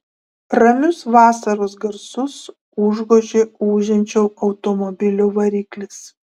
ramius vasaros garsus užgožė ūžiančio automobilio variklis